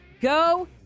go